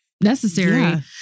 necessary